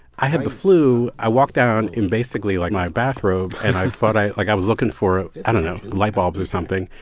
i had the flu. i walked down in basically, like, my bathrobe and i thought i like, i was looking for i don't know lightbulbs or something.